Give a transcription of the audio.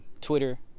Twitter